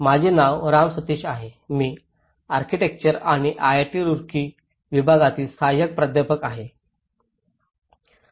माझे नाव राम सतीश आहे मी आर्किटेक्चर आणि आयआयटी रुड़की विभागातील सहाय्यक प्राध्यापक आहे